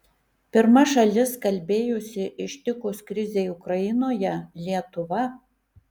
pirma šalis kalbėjusi ištikus krizei ukrainoje lietuva